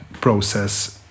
process